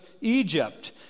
Egypt